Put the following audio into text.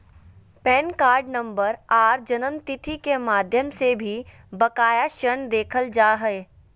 pan card नम्बर आर जन्मतिथि के माध्यम से भी बकाया ऋण देखल जा हय